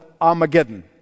Armageddon